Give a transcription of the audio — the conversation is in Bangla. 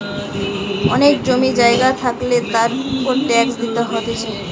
অনেক জমি জায়গা থাকলে তার উপর ট্যাক্স দিতে হতিছে